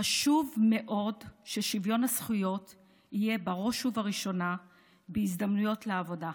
חשוב מאוד ששוויון הזכויות יהיה בראש ובראשונה בהזדמנויות לעבודה.